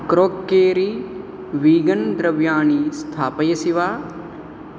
crockery vegan द्रव्याणि स्थापयसि वा